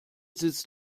sitzt